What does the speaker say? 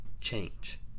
change